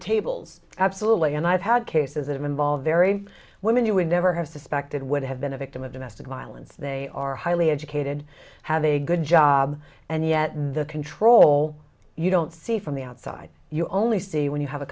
tables absolutely and i've had cases that involve very women you would never have suspected would have been a victim of domestic violence they are highly educated have a good job and yet in the control you don't see from the outside you only see when you have a